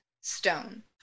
stone